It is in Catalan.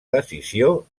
decisió